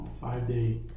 five-day